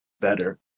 better